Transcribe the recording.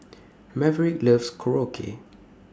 Maverick loves Korokke